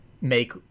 make